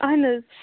اَہَن حظ